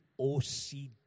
OCD